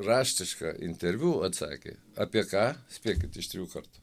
raštišką interviu atsakė apie ką spėkit iš trijų kartų